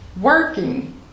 working